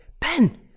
Ben